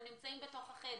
הם נמצאים בתוך החדר,